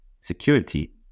security